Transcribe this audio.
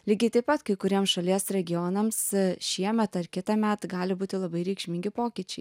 lygiai taip pat kai kuriem šalies regionams šiemet ar kitąmet gali būti labai reikšmingi pokyčiai